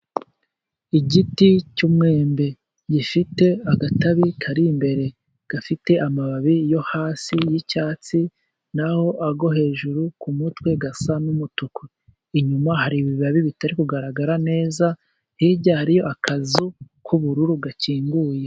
Igiti cy'umwembe gifite agatabi kari imbere, gafite amababi yo hasi yicyatsi, naho ayo hejuru ku kumutwe asa n'umutuku, inyuma hari ibibabi bitari kugaragara neza, hirya hari akazu k'ubururu gakinguye.